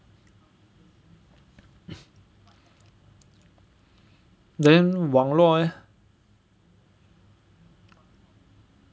then 网络 eh